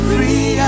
Free